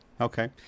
Okay